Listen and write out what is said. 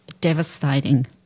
devastating